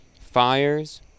fires